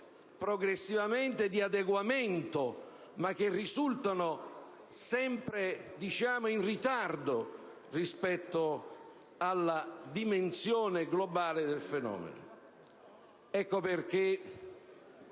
progressivamente delle misure di adeguamento, ma che risultano sempre in ritardo rispetto alla dimensione globale del fenomeno. Ecco perché